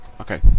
Okay